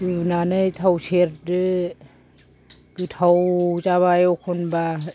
रुनानै थाव सेरदो गोथाव जाबाय एखनबा